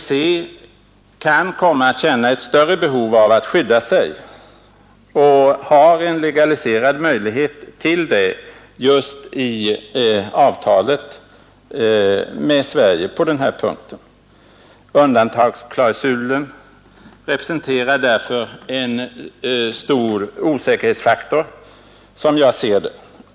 EEC kan komma att känna ett större behov av att skydda sig och har en legaliserad möjlighet till det just i avtalet med Sverige på denna punkt. Undantagsklausulen representerar därför en stor osäkerhetsfaktor, som jag ser det.